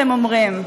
אתם אומרים,